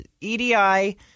EDI